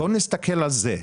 בואו נסתכל על זה.